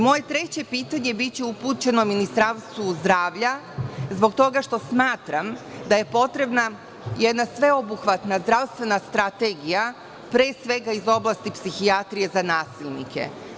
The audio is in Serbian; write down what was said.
Moje treće pitanje biće upućeno Ministarstvu zdravlja, jer smatram da je potrebna jedna sveobuhvatna zdravstvena strategija, pre svega iz oblasti psihijatrije za nasilnike.